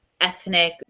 ethnic